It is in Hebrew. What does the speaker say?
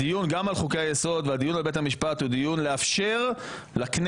הדיון על חוקי היסוד והדיון על בית המשפט הוא דיון לאפשר לכנסת,